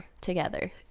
together